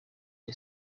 the